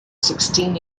sixteen